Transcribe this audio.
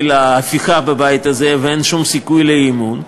להפיכה בבית הזה ואין שום סיכוי לאי-אמון,